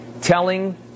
telling